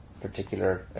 particular